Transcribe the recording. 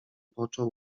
począł